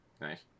Nice